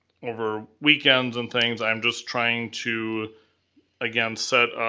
over weekends and things. i'm just trying to again set